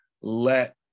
let